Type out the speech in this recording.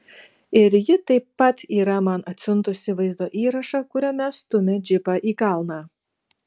ir ji taip pat yra man atsiuntusi vaizdo įrašą kuriame stumia džipą į kalną